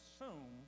assume